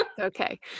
Okay